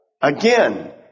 Again